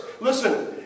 Listen